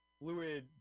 fluid